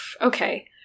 okay